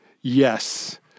yes